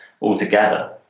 altogether